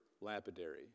lapidary